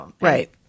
right